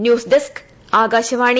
news desk Akashvani